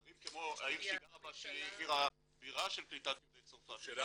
ערים כמו העיר שהיא גרה בה שהיא עיר הבירה של קליטת יהודי צרפת --- השאלה